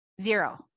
Zero